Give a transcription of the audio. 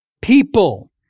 people